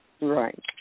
Right